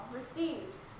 received